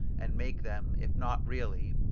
and make them, if not really,